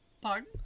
Pardon